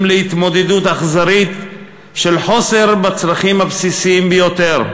להתמודדות אכזרית של חוסר בצרכים הבסיסיים ביותר,